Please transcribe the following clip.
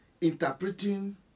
interpreting